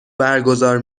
برگزار